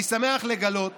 אני שמח לגלות